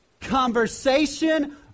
conversation